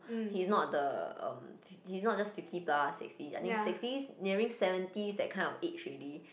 he's not the um he's not just fifty plus sixty I think sixties nearing seventies that kind of age already